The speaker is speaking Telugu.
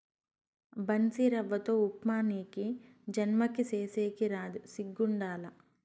బన్సీరవ్వతో ఉప్మా నీకీ జన్మకి సేసేకి రాదు సిగ్గుండాల